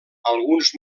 alguns